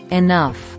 enough